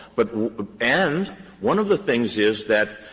but but and one of the things is that,